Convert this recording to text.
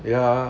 ya